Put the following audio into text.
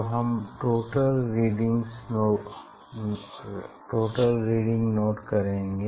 तो हम total reading note करेंगे